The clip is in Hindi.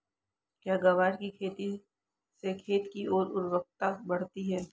क्या ग्वार की खेती से खेत की ओर उर्वरकता बढ़ती है?